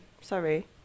sorry